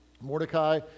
Mordecai